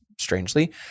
strangely